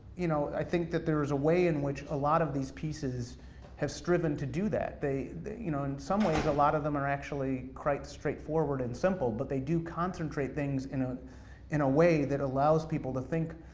you know, i think that there's a way in which a lot of these pieces have striven to do that. in you know some ways, a lot of them are actually quite straight forward and simple, but they do concentrate things in a in a way that allows people to think,